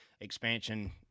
expansion